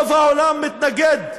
(חבר הכנסת פורר יוצא מאולם המליאה.) שרוב העולם מתנגד,